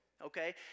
Okay